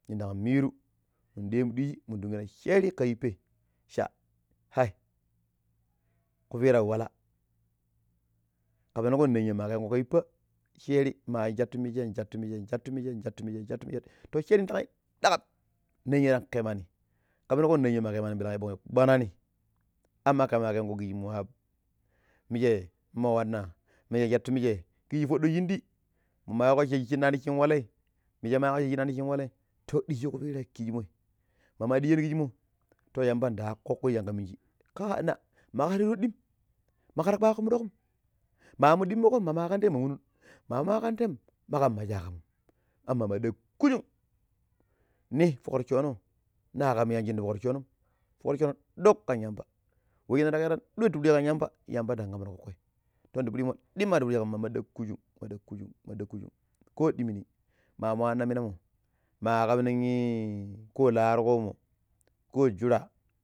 ﻿Ningdan miru minu ɗemu diiji minun dunguna sheri, ƙa yippa̱i cha, hai ƙu pira walla ka pengo ninya̱ ma ƙenƙo ƙa yuppa̱ shirii ma shatu minje shatu minje dan shatu minje shatu minje too sherii nɗang ywu ɗaƙam ninya̱ tank ƙemani ƙa penuƙo nin ya̱ ma ƙemanim yaɓong'i kpaneko ama ƙema̱ ƙenƙo ƙishi minje mowanna minje shatu mije kiji foɗɗo shindi muni mayioƙ sha shinnani shin waƙi moshako sha shinna shin walai to ɗiiji ƙupirai kishimoi maama ɗiijiro kishimo to yamba ndaaƙo ƙoƙƙo shin ka minji, na makar yu toɗɗim makar kpaƙo muɗoƙum mamu demuƙo maama ƙante ma munun maama ƙantem maƙaabu maaja aƙamum ama ma ɗokujum ne foƙroccono na ƙan yanjin ti foƙroccom, foƙroccono doƙ ƙan yamba we shinna ta ƙerani ɗoi tipuɗi shikan yamba yamba nɗand abuno ƙoƙƙoi to ndayimo ɗimma ti puɗi shiƙama ma ma ɗakujum, madakujum ma dakujum ko dimini maaamu wanna minamo maa ƙam ning ko la arƙoonmo ko juura